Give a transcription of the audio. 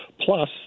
plus